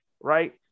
right